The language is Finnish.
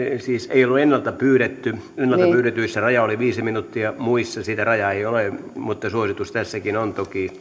ei ollut ennalta pyydetty ennalta pyydetyissä raja oli viisi minuuttia muissa sitä rajaa ei ole mutta suositus tässäkin on